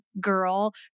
girl